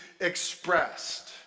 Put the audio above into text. expressed